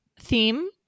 theme